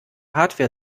hardware